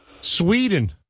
Sweden